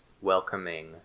welcoming